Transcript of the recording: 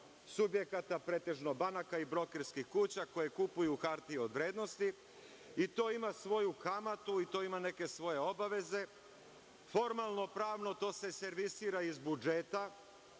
subjekata, pretežno banaka i brokerskih kuća koje kupuju hartije od vrednosti, i to ima svoju kamatu i to ima neke svoje obaveze. Formalno pravno to se servisira iz budžeta.